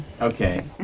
Okay